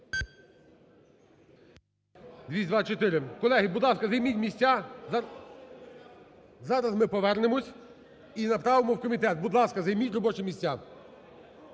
Колеги, будь ласка, займіть місця, зараз ми повернемося і направимо в комітет. Будь ласка, займіть робочі місця.